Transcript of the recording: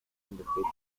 individuals